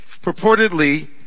purportedly